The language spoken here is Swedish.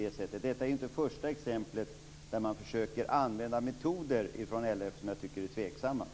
Detta är inte första gången som LRF försöker använda metoder jag finner tvivelaktiga.